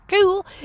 cool